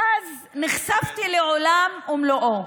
ואז נחשפתי לעולם ומלואו,